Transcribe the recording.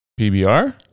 PBR